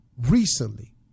recently